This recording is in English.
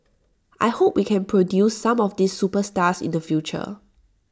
I hope we can produce some of these superstars in the future